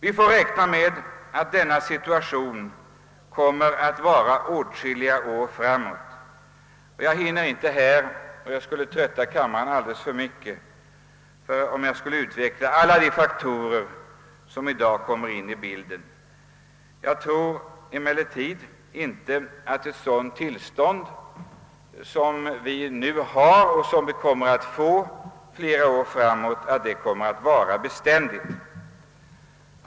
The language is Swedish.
Vi får räkna med att denna situation kommer att vara åtskilliga år framåt. Jag skulle trötta kammarens ledamöter alldeles för mycket om jag utvecklade alla de faktorer som kommer in i bilden. Jag tror emellertid inte att ett sådant tillstånd som vi nu befinner oss i och kommer att befinna oss i under flera år framöver kommer att vara beständigt.